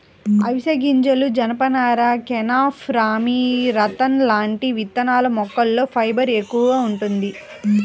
అవిశె గింజలు, జనపనార, కెనాఫ్, రామీ, రతన్ లాంటి విత్తనాల మొక్కల్లో ఫైబర్ ఎక్కువగా వుంటది